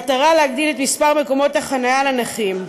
במטרה להגדיל את מספר מקומות החניה לנכים.